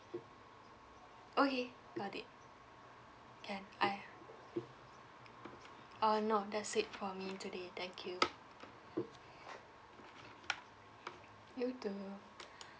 okay got it can I uh uh no that's it for me today thank you you too